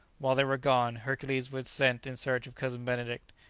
while they were gone, hercules was sent in search of cousin benedict,